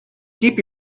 keep